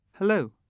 Hello